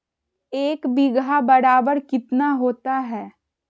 एक बीघा बराबर कितना होता है?